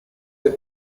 the